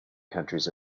countries